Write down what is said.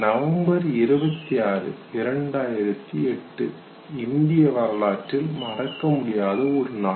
November 26 2008 இந்திய வரலாற்றில் மறக்க முடியாத ஒரு நாள்